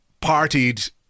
partied